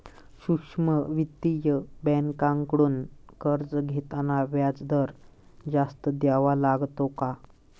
सूक्ष्म वित्तीय बँकांकडून कर्ज घेताना व्याजदर जास्त द्यावा लागतो का?